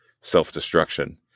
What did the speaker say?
self-destruction